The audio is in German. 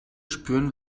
spüren